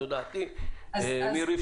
זו דעתי מרבצו.